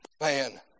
Man